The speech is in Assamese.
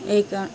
এই কা